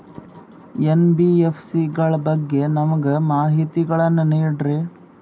NBFC ಗಳ ಬಗ್ಗೆ ನಮಗೆ ಮಾಹಿತಿಗಳನ್ನ ನೀಡ್ರಿ?